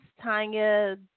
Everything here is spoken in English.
Tanya